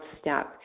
step